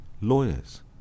lawyers